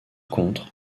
contre